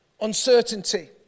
uncertainty